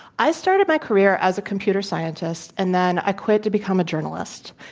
i started my career as a computer scientist and then i quit to become a journalist.